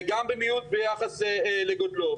גם במיעוט ביחס לגודלו.